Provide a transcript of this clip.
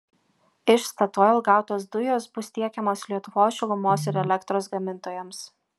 iš statoil gautos dujos bus tiekiamos lietuvos šilumos ir elektros gamintojams